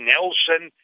Nelson